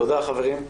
תודה, חברים.